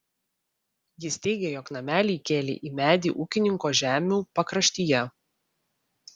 jis teigė jog namelį įkėlė į medį ūkininko žemių pakraštyje